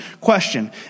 question